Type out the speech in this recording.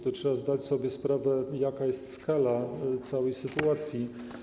Trzeba zdać sobie sprawę, jaka jest skala całej sytuacji.